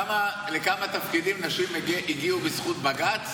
לכמה תפקידים נשים הגיעו בזכות בג"ץ?